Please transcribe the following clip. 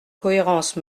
cohérence